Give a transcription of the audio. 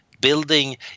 building